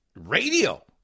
radio